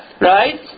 Right